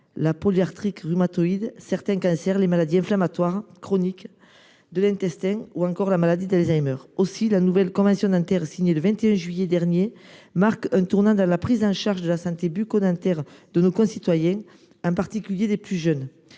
la polyarthrite rhumatoïde, certains cancers, les maladies inflammatoires chroniques de l’intestin ou encore la maladie d’Alzheimer. À cet égard, la nouvelle convention dentaire, signée le 21 juillet dernier, marque un tournant dans la prise en charge de la santé bucco dentaire de nos concitoyens, en particulier des plus jeunes.